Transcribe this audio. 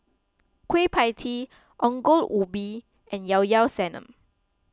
Kueh Pie Tee Ongol Ubi and Llao Llao Sanum